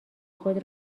خود